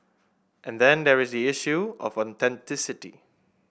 and then there is the issue of authenticity